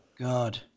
God